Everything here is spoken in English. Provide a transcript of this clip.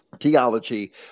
Theology